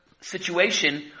situation